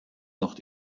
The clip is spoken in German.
noch